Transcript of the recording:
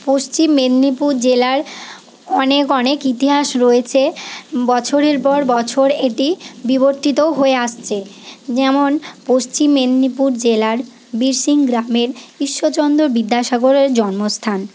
পশ্চিম মেদিনীপুর জেলার অনেক অনেক ইতিহাস রয়েছে বছরের পর বছর এটি বিবর্তিত হয়ে আসছে যেমন পশ্চিম মেদিনীপুর জেলার বীরসিংহ গ্রামে ঈশ্বরচন্দ্র বিদ্যাসাগরের জন্মস্থান